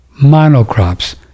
monocrops